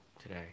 today